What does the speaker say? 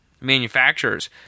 manufacturers